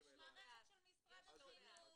יש מערכת של משרד החינוך.